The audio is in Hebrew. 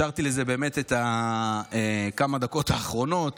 השארתי לזה באמת את כמה הדקות האחרונות,